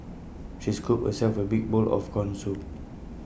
she scooped herself A big bowl of Corn Soup